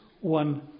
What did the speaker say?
one